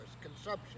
consumption